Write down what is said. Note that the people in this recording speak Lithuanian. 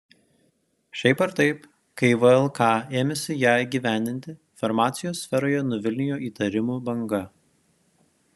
šiaip ar taip kai vlk ėmėsi ją įgyvendinti farmacijos sferose nuvilnijo įtarimų banga